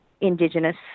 Indigenous